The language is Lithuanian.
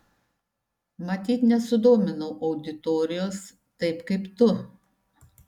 matyt nesudominau auditorijos taip kaip tu